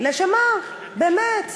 לשם מה, באמת?